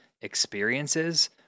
experiences